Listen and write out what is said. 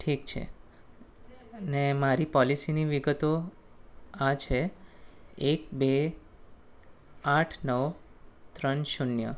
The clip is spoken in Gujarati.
ઠીક છે અને મારી પોલિસીની વિગતો આ છે એક બે આઠ નવ ત્રણ શૂન્ય